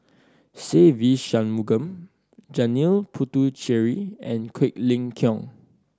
Se Ve Shanmugam Janil Puthucheary and Quek Ling Kiong